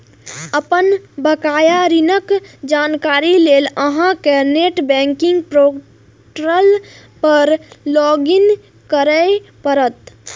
अपन बकाया ऋणक जानकारी लेल अहां कें नेट बैंकिंग पोर्टल पर लॉग इन करय पड़त